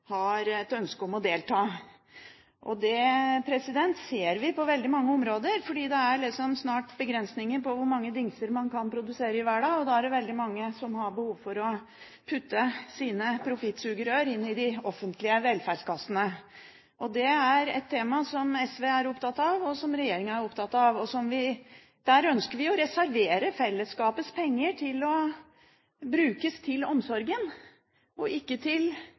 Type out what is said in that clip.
har et ønske om å delta. Det ser vi på veldig mange områder, fordi det er snart begrensninger på hvor mange dingser man kan produsere i verden. Da er det veldig mange som har behov for å putte sine profittsugerør inn i de offentlige velferdskassene. Det er et tema som SV er opptatt av, og som regjeringen er opptatt av. Vi ønsker å reservere fellesskapets penger for at de skal brukes til omsorg, og ikke til